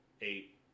eight